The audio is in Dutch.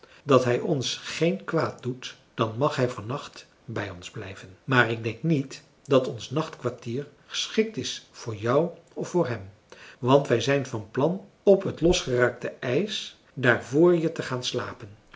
dat hij ons geen kwaad doet dan mag hij van nacht bij ons blijven maar ik denk niet dat ons nachtkwartier geschikt is voor jou of voor hem want wij zijn van plan op het losgeraakte ijs daar vr je te gaan slapen